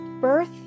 Birth